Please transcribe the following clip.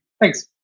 Thanks